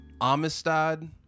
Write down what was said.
Amistad